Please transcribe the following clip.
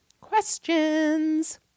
Questions